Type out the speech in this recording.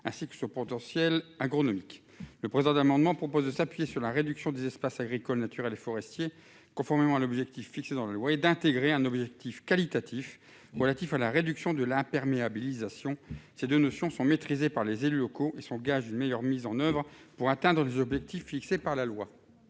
ainsi que son potentiel agronomique. Le présent amendement vise à fonder cette définition sur la réduction des espaces agricoles, naturels ou forestiers, conformément à l'objectif fixé par la loi, et à y intégrer un objectif qualitatif relatif à la réduction de l'imperméabilisation. Ces deux notions sont maîtrisées par les élus locaux et sont gages d'une meilleure mise en oeuvre du dispositif. La parole est